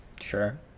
sure